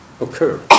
occur